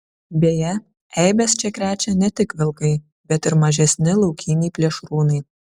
beje eibes čia krečia ne tik vilkai bet ir mažesni laukiniai plėšrūnai